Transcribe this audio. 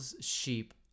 sheep